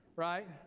right